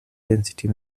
density